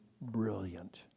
brilliant